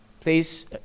please